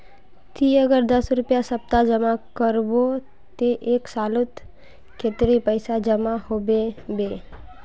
ती अगर दस रुपया सप्ताह जमा करबो ते एक सालोत कतेरी पैसा जमा होबे बे?